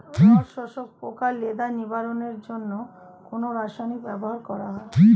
রস শোষক পোকা লেদা নিবারণের জন্য কোন রাসায়নিক ব্যবহার করা হয়?